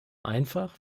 einfach